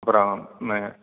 அப்புறம்